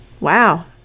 Wow